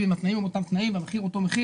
ולמכור באופן מידי 50 דירות כבלוק של 50 דירות,